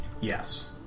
Yes